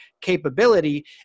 capability